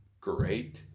great